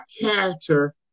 character